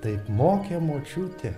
taip mokė močiutė